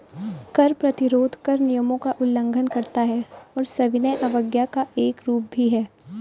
कर प्रतिरोध कर नियमों का उल्लंघन करता है और सविनय अवज्ञा का एक रूप भी है